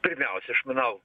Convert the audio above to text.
pirmiausia aš manau